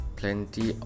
plenty